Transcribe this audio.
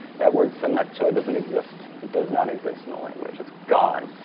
that word sannacho doesn't exist. it does not exist in a language. it's gone.